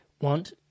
want